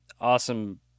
awesome